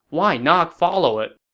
why not follow it?